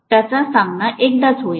त्याचा सामना एकदाच होईल